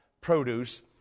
produce